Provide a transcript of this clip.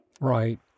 right